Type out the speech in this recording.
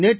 நேற்று